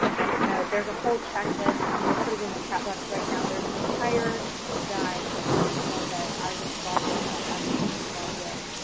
you know, there's a whole checklist. i'm going to put in the chat box right now. there's an entire guide from samhsa that i was involved with, other advocates were involved with,